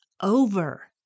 over